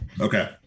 Okay